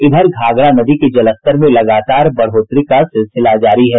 इधर घाघरा नदी के जलस्तर में लगातार बढ़ोत्तरी का सिलसिला जारी है